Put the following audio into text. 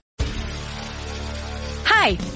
Hi